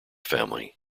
family